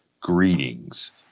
greetings